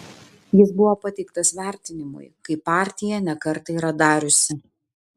jis buvo pateiktas vertinimui kaip partija ne kartą yra dariusi